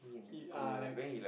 he ah like